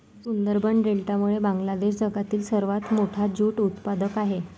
सुंदरबन डेल्टामुळे बांगलादेश जगातील सर्वात मोठा ज्यूट उत्पादक आहे